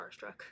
starstruck